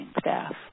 staff